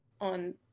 on